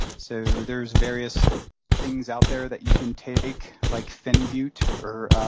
so there's various things out there that you can take, like phenibut or